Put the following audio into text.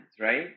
right